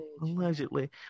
allegedly